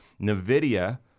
NVIDIA